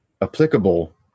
applicable